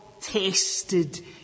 tested